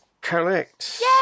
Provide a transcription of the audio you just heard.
Correct